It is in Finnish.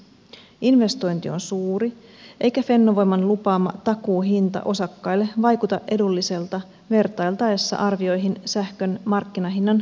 investointi on suuri eikä fennovoiman lupaama takuuhinta osakkaille vaikuta edulliselta vertailtaessa arvioihin sähkön markkinahinnan kehityksestä